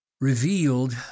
revealed